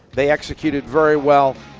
they executed very well.